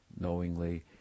knowingly